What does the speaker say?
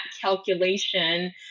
calculation